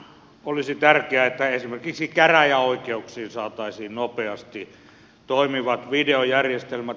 olisi tärkeää että esimerkiksi käräjäoikeuksiin saataisiin nopeasti toimivat videojärjestelmät